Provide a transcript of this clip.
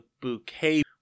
bouquet